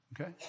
okay